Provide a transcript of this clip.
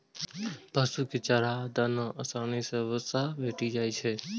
पशु कें चारा आ दाना सं आसानी सं वसा भेटि जाइ छै